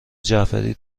جعفری